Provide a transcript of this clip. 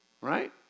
Right